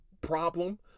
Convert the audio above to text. problem